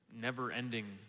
never-ending